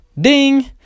ding